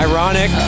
Ironic